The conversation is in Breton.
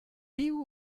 piv